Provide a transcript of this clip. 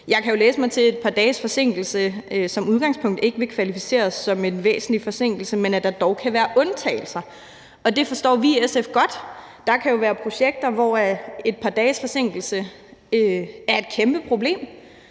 Jeg kan jo læse mig til, at et par dages forsinkelse som udgangspunkt ikke vil kvalificeres som en væsentlig forsinkelse, men at der dog kan være undtagelser. Og det forstår vi i SF godt – der kan jo være projekter, hvor et par dages forsinkelse er et kæmpe problem,